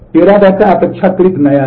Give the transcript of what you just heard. Teradata अपेक्षाकृत नया है